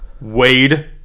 Wade